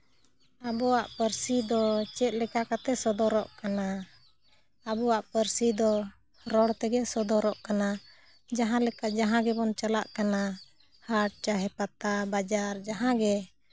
ᱟᱵᱚᱣᱟᱜ ᱯᱟᱹᱨᱥᱤ ᱫᱚ ᱪᱮᱫ ᱞᱮᱠᱟ ᱠᱟᱛᱮᱫ ᱥᱚᱫᱚᱨᱚᱜ ᱠᱟᱱᱟ ᱟᱵᱚᱣᱟᱜ ᱯᱟᱹᱨᱥᱤ ᱫᱚ ᱨᱚᱲ ᱛᱮᱜᱮ ᱥᱚᱫᱚᱨᱚ ᱠᱟᱱᱟ ᱡᱟᱦᱟᱸ ᱞᱮᱠᱟ ᱡᱟᱦᱟᱸ ᱜᱮᱵᱚᱱ ᱪᱟᱞᱟᱜ ᱠᱟᱱᱟ ᱦᱟᱴ ᱪᱟᱦᱮ ᱯᱟᱛᱟ ᱵᱟᱡᱟᱨ ᱡᱟᱦᱟᱸ ᱜᱮ